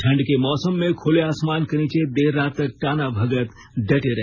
ठंड के मौसम में खुले आसमान के नीचे देर रात तक टाना भगत डटे रहे